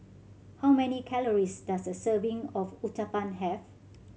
how many calories does a serving of Uthapam have